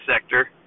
sector